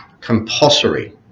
compulsory